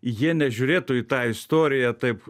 jie nežiūrėtų į tą istoriją taip